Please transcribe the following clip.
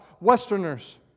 Westerners